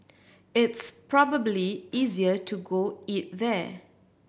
it's probably easier to go eat there